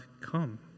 come